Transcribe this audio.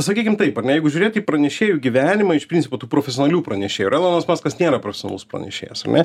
sakykim taip ar ne jeigu žiūrėt į pranešėjų gyvenimą iš principo tų profesionalių pranešėjų ir elonas maskas nėra profesionalus pranešėjas ar ne